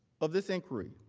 of this inquiry.